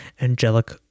angelic